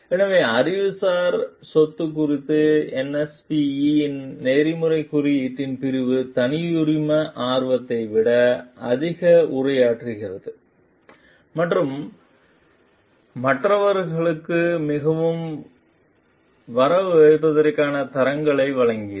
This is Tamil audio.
எனவே அறிவுசார் சொத்து குறித்த NSPE இன் நெறிமுறைக் குறியீட்டின் பிரிவு தனியுரிம ஆர்வத்தை விட அதிகமாக உரையாற்றுகிறது மற்றும் மற்றவர்களுக்கும் மிகவும் வரவு வைப்பதற்கான தரங்களை வழங்கியது